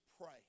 pray